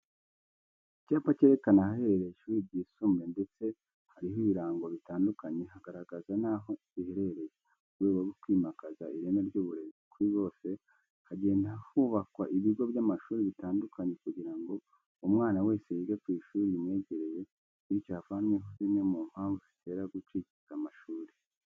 Icyapa kerekana ahaherereye ishuri ryisumbuye ndetse hariho ibirango bitandukanye hagaragaza n'aho riherereye. Mu rwego rwo kwimakaza ireme ry'uburezi kuri bose hagenda hubakwa ibigo by'amashuri bitandukanye kugira ngo umwana wese yige ku ishuri rimwegereye, bityo havanweho zimwe mu mpamvu zitera gucikiriza amashuri.